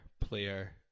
player